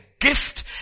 gift